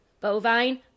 bovine